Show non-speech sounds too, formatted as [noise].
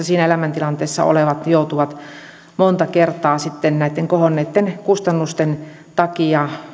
[unintelligible] siinä elämäntilanteessa olevat joutuvat monta kertaa sitten näitten kohonneitten kustannusten takia